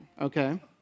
Okay